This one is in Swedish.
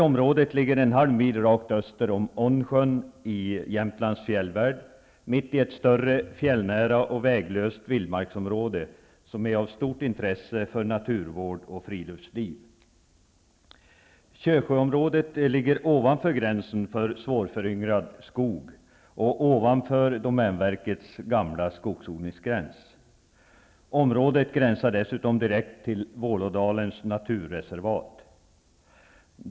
Området ligger en halv mil rakt öster om Ånnsjön i Jämtlands fjällvärld, mitt i ett större fjällnära och väglöst vildmarksområde, som är av stort intresse för naturvård och friluftsliv. Kösjöområdet ligger ovanför gränsen för svårföryngrad skog och ovanför domänverkets gamla skogsodlingsgräns. Området gränsar dessutom direkt till Vålådalens naturreservat.